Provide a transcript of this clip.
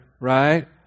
right